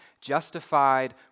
justified